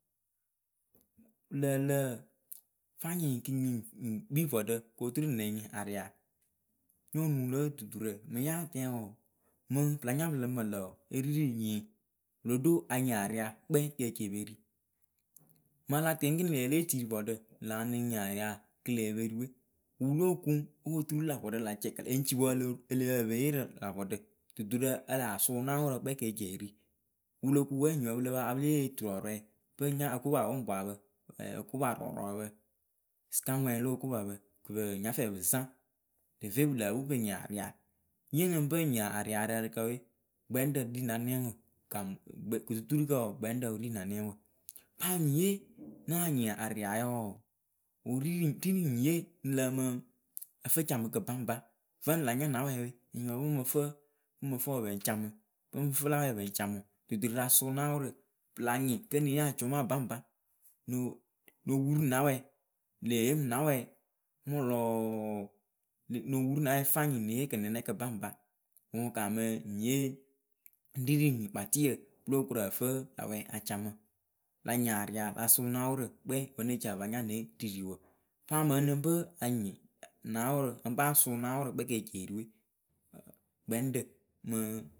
Ŋlǝlǝ fanyɩ kɨ nyii ŋ ŋ kpii vɔɖǝ koturu nɨŋ nyɩŋ aria nyo nuŋ lǝ duturǝ mɨŋ yaa tɛŋ wǝǝ mɨŋ pɨ l nya pɨ lǝ mɨ lǝ̈ wǝǝ e ri rɨ nyi wɨ lo do a nyɩŋ aria kpɛŋ ke eci e pe ri mɨŋ a la tɛŋ ekini lǝ e lée tii vɔɖǝ kɨ le epe ri we wɨ wɨ lóo kuŋ opoturu lä vɔɖǝ la cɛkɛlɛ ǝ ŋ ci wǝ e le yee rɨ lä vɔɖǝ duturǝ a laa sʊʊ naawʊrǝ kpɛŋ ke ci e ri wɨ lo ku wǝ́ enyipǝ pɨ la pa ya pɨ lée yeye oturɔɔrɔɛ pɨŋ nya okoparɔɔrɔɔɛ pɨŋ nya okopa pʊŋpwapǝ okoparɔɔrɔɔpǝ. sɩkaŋwɛɛ lo okopapǝ kɨ pǝ nya fɛɛ pɨ za deve pɨ lǝǝ pɨ pɨ nyɩŋ aria ye lɨŋ pɨ ŋ nyɩŋ aria rɨ ǝrɨkǝ we, gbɛŋrǝ ɖi na nɛŋwǝ kɨtuturukǝ wǝǝ gbɛŋrǝ wɨ ri na nɛŋwǝ paa nyiye náa nyɩŋ riayǝ wǝǝ wɨ ri rɨ ri rɨ nyiye ŋ lǝǝmɨ ǝfɨcamɨkǝ bqŋbq vǝ la nya na wɛɛ we enyipǝ pɨŋ mɨ fɨ ŋ mɨ fɨ wɨ pɨŋ ca mɨ ŋ fɨ la wɛ pɨŋ ca mɨ ŋwɨ duturǝ la sʊʊ naawʊrǝ pɨ la nyɩŋ kǝ́ ne yee acʊmaa baŋba no no wuru na wɛ lee yee mɨ na wɛ mʊlʊʊ no wuru na wɛɛ fanyɩŋ ne yee kɨnɨnɛkǝ baŋba ŋwɨ kaamɨ nyiye ŋ ri rɨ nyikpatɩyǝ o lo koru ǝfɨ la wɛ a ca mɨ la nyɩŋ aria la sʊʊ naawʊrǝ kpɛŋ wǝ́ ne cia pa nya ne ririwǝ paa mɨŋ ǝ nɨŋ pɨ a nyɩŋ naawʊʊrǝ ǝ pɨ a sʊʊ naawʊrǝ kpɛŋ kɨ eci eri we gbɛŋrǝ mɨ.